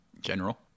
general